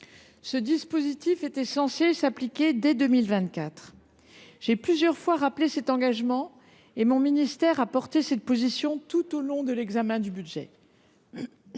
Cette mesure était censée s’appliquer dès 2024. J’ai plusieurs fois rappelé cet engagement, et mon ministère a tenu cette position tout au long de l’examen du budget.